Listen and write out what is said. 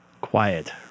Quiet